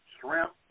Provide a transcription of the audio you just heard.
shrimp